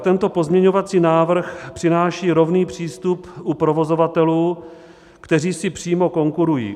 Tento pozměňovací návrh přináší rovný přístup u provozovatelů, kteří si přímo konkurují.